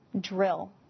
drill